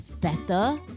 better